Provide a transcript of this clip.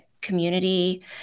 community